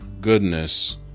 goodness